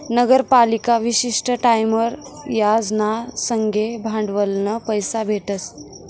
नगरपालिका विशिष्ट टाईमवर याज ना संगे भांडवलनं पैसा फेडस